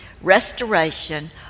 restoration